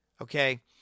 Okay